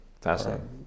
fascinating